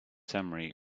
summary